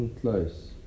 Close